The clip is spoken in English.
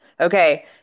okay